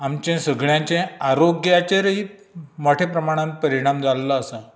आमचे सगळ्यांचे आरोग्याचेरय मोटे प्रमाणांत परिणाम जाल्लो आसा